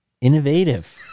innovative